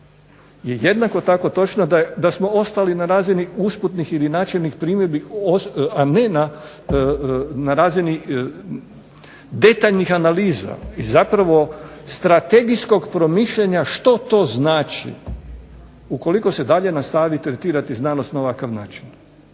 je jednako tako točno da smo ostali na razini usputnih ili načelnih primjedbi a ne na razini detaljnih analiza i zapravo strategijskog promišljanja što to znači ukoliko se dalje nastavi tretirati znanost na ovakav način.